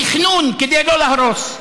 תכנון, כדי לא להרוס.